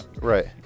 Right